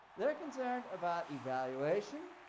they're concerned about evaluation,